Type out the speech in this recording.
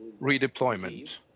redeployment